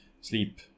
sleep